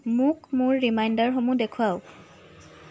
মোক মোৰ ৰিমাইণ্ডাৰসমূহ দেখুৱাওক